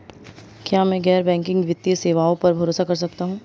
क्या मैं गैर बैंकिंग वित्तीय सेवाओं पर भरोसा कर सकता हूं?